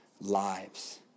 lives